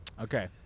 Okay